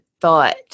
thought